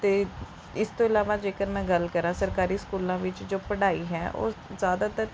ਅਤੇ ਇਸ ਤੋਂ ਇਲਾਵਾ ਜੇਕਰ ਮੈਂ ਗੱਲ ਕਰਾਂ ਸਰਕਾਰੀ ਸਕੂਲਾਂ ਵਿੱਚ ਜੋ ਪੜ੍ਹਾਈ ਹੈ ਉਹ ਜ਼ਿਆਦਾਤਰ